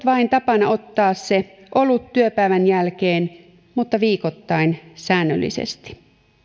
vain ollut tapana ottaa se olut työpäivän jälkeen mutta viikoittain säännöllisesti